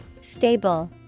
Stable